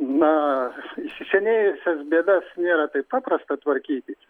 na įsisenėjusias bėdas nėra taip paprasta tvarkytis